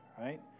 Right